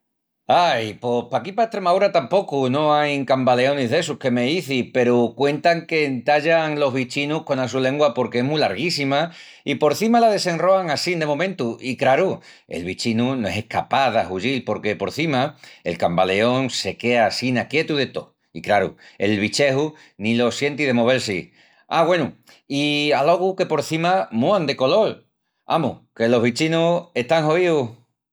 Ai, pos paquí pa Estremaúra tapocu no ain cambaleonis d'essus que m'izis peru cuentan qu'entallan los bichinus cona su lengua porque es mu larguíssima i porcima la desenroan assín de momentu i, craru, el bichinu no es escapás d'ahuyil porque, porcima, el cambaleón se quea assina quietu de tó, i craru, el bicheju ni lo sienti de movel-si. Á, güenu, i alogu que porcima múan de colol! Amus que los bichinus están hoíus!